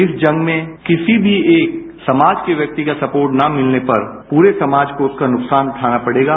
इस जंग में किसी भी एक समाज के व्यक्ति का स्पोर्ट ने मिलने पर पूरे समाज को उसका नुकसान उठाना पड़ेगा